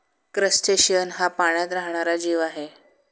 crustacean हा पाण्यात राहणारा जीव आहे